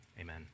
Amen